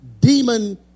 demon